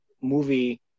movie